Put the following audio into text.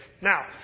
Now